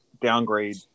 downgrade